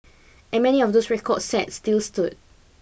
and many of those records set still stood